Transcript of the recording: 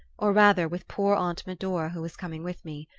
or rather with poor aunt medora, who is coming with me.